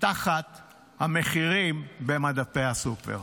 תחת המחירים במדפי הסופר,